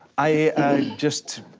i just,